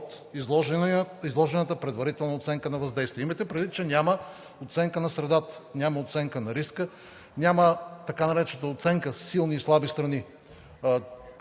от изложената предварителна оценка на въздействие. Имайте предвид, че няма оценка на средата, няма оценка на риска, няма така наречената оценка силни и слаби страни.